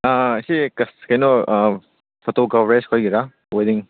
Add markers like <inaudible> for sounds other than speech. ꯁꯤ ꯀꯩꯅꯣ photo coverage ꯈꯣꯏꯒꯤꯔꯥ <unintelligible>